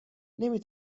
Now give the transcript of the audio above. نمی